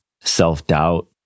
self-doubt